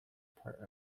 part